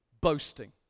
boasting